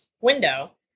window